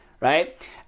right